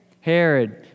Herod